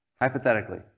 Hypothetically